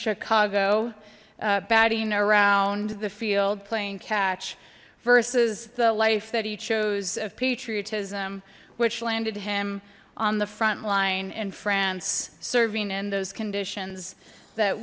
chicago batting around the field playing catch versus the life that he chose of patriotism which landed him on the front line in france serving in those conditions that